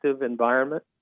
environment